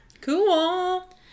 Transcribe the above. Cool